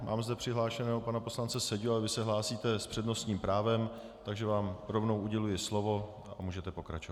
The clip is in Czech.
Mám zde přihlášeného pana poslance Seďu, ale vy se hlásíte s přednostním právem, takže vám rovnou uděluji slovo a můžete pokračovat.